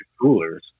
coolers